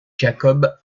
jacob